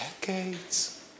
decades